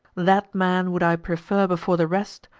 that man would i prefer before the rest,